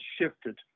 shifted